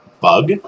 Bug